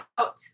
out